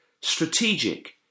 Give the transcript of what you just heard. strategic